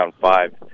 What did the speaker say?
five